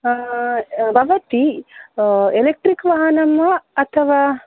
भवती एलेकट्रिक् वाहनं वा अथवा